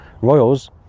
royals